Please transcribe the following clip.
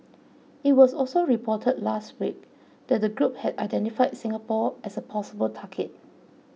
it was also reported last week that the group had identified Singapore as a possible target